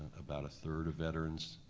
about a third of veterans